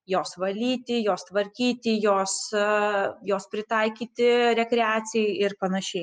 jos valyti jos tvarkyti jos jos pritaikyti rekreacijai ir panašiai